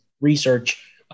research